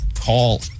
call